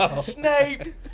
Snape